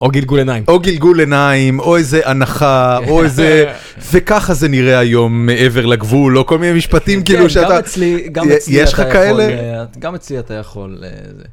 או גלגול עיניים, או גלגול עיניים, או איזה הנחה, או איזה... וככה זה נראה היום מעבר לגבול, או כל מיני משפטים כאילו שאתה, יש לך כאלה? -גם אצלי אתה יכול זה...